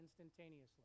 instantaneously